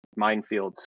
minefields